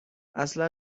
اصلا